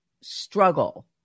struggle